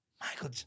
Michael